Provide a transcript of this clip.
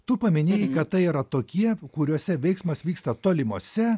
tu paminėjai kad tai yra tokie kuriuose veiksmas vyksta tolimose